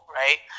right